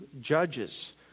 judges